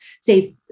say